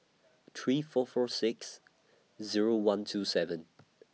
three four four six Zero one two seven